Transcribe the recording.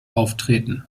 auftreten